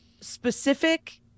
specific